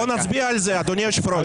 בוא נצביע על זה, אדוני היושב ראש.